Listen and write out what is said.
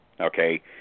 okay